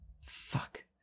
Fuck